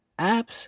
apps